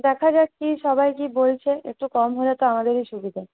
দেখা যাক কি সবাই কি বলছে একটু কম হলে তো আমাদেরই সুবিধে